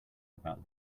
about